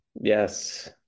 Yes